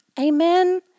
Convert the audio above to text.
Amen